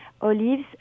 Olives